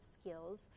skills